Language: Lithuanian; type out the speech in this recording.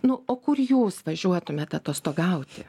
nu o kur jūs važiuotumėt atostogauti